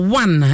one